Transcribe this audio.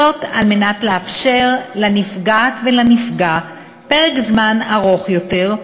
על מנת לאפשר לנפגע פרק זמן ארוך יותר,